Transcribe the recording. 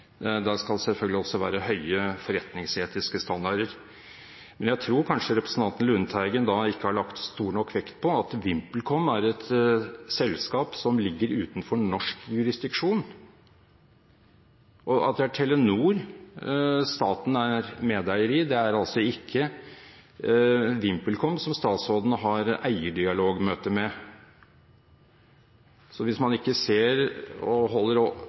med, skal det selvfølgelig også være høye forretningsetiske standarder. Jeg tror kanskje representanten Lundteigen ikke har lagt stor nok vekt på at VimpelCom er et selskap som ligger utenfor norsk jurisdiksjon, og at det er Telenor staten er medeier i. Det er altså ikke VimpelCom statsråden har eierdialogmøte med. Så hvis man ikke ser og holder orden på partsforholdene, kan det bli en meget vidløftig affære, og